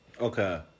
Okay